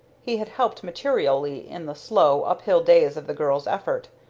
he had helped materially in the slow, up-hill days of the girl's effort,